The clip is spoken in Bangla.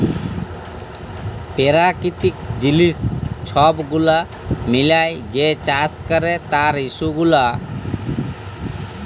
পেরাকিতিক জিলিস ছব গুলা মিলাঁয় যে চাষ ক্যরে তার ইস্যু গুলা